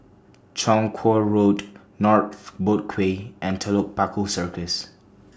Chong Kuo Road North Boat Quay and Telok Paku Circus